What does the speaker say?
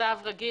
מכתב רגיל,